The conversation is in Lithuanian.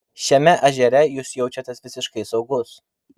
šiame ežere jūs jaučiatės visiškai saugus